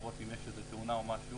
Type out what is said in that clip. לראות אם יש תאונה או משהו,